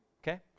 Okay